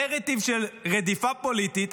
נרטיב של רדיפה פוליטית,